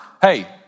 Hey